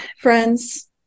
friends